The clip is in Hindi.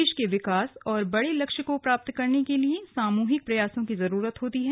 देश के विकास एवं बड़े लक्ष्य को प्राप्त करने के लिए सामूहिक प्रयासों की जरूरत होती है